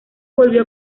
volvió